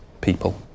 people